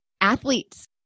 Athletes